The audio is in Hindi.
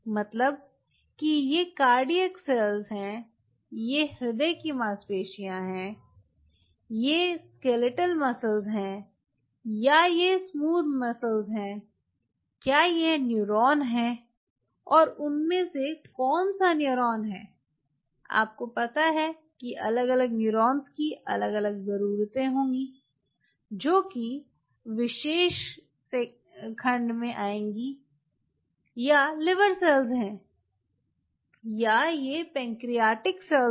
मतलब कि ये कार्डियक सेल्स है ये हृदय की मांसपेशी है या ये कंकाल की मांसपेशी है या ये स्मूथ पेशी है क्या यह न्यूरॉन है और उनमें से कौन सा न्यूरॉन है आपको पता है कि अलग अलग न्यूरॉन्स की अलग अलग ज़रूरतें होंगी जो कि विशेष खंड में आएंगी या लिवर सेल्स हैं या यह पैंक्रियास सेल्स हैं